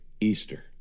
Easter